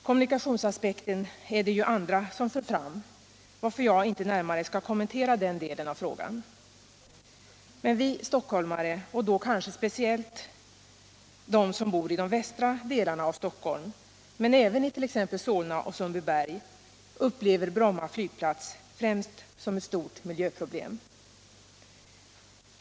Kommunikationsaspekten har ju andra fört fram, varför jag inte närmare skall kommentera den delen av frågan. Men vi stockholmare — och då kanske speciellt de som bor i de västra delarna av Stockholm, men även invånarna i t.ex. Solna och Sundbyberg — upplever Bromma flygplats främst som ett stort miljöproblem.